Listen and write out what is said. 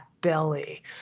belly